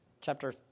chapter